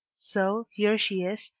so here she is,